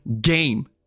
game